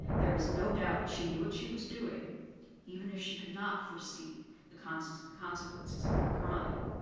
there is no doubt she knew what she was doing even if she could not foresee the consequences consequences of her crime.